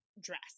dress